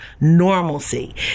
normalcy